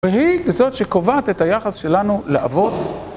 והיא זאת שקובעת את היחס שלנו לעבוד.